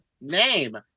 name